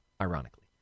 ironically